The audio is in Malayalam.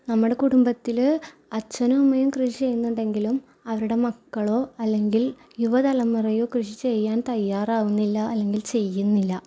നമ്മുടെ കുടുംബത്തിൽ അച്ഛനും അമ്മയും കൃഷി ചെയ്യുന്നുണ്ടെങ്കിലും അവരുടെ മക്കളോ അല്ലെങ്കിൽ യുവ തലമുറയോ കൃഷി ചെയ്യാൻ തയ്യാറാകുന്നില്ല അല്ലെങ്കിൽ ചെയ്യുന്നില്ല